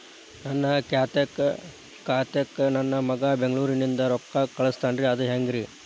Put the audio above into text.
ನನ್ನ ಖಾತಾಕ್ಕ ನನ್ನ ಮಗಾ ಬೆಂಗಳೂರನಿಂದ ರೊಕ್ಕ ಕಳಸ್ತಾನ್ರಿ ಅದ ಹೆಂಗ್ರಿ?